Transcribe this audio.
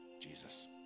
Jesus